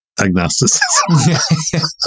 Agnosticism